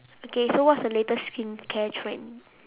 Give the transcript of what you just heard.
okay so what's the latest skincare trend